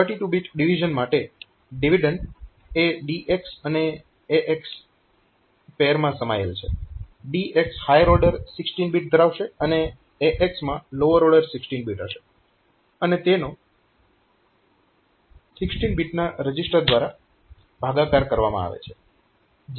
32 bit division માટે dividend એ DX અને AX પેર માં સમાયેલ છે DX હાયર ઓર્ડર 16 બીટ ધરાવશે અને AX માં લોઅર ઓર્ડર 16 બીટ હશે અને તેનો 16 બીટના રજીસ્ટર દ્વારા ભાગાકાર કરવામાં આવે છે